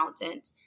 accountant